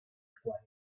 quiet